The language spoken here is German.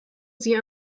sie